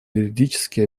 юридически